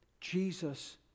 Jesus